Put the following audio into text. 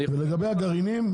לגבי הגרעינים,